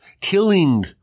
killing